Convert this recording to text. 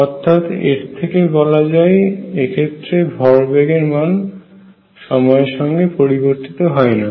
অর্থাৎ এর থেকে বলা যায় এক্ষেত্রে ভর বেগের মান সময়ের সঙ্গে পরিবর্তিত হয় না